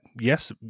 yes